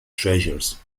treasures